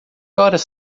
horas